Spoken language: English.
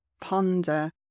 ponder